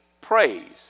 praise